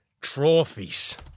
trophies